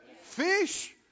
Fish